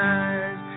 eyes